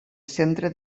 centre